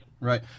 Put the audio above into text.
Right